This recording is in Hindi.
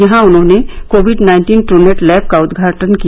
यहां उन्होंने कोविड नाइन्टीन ट् नेट लैब का उदघाटन किया